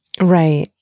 Right